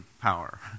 power